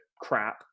crap